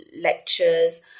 lectures